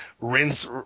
rinse